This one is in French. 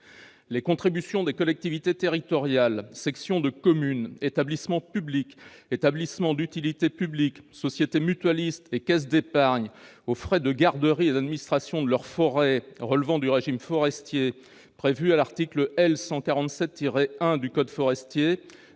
les contributions des collectivités territoriales, sections de communes, établissements publics, établissements d'utilité publique, sociétés mutualistes et caisses d'épargne aux frais de garderie et d'administration de leurs forêts relevant du régime forestier, prévues à l'article L. 147-1 du code forestier,